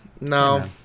No